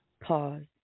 Pause